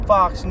Fox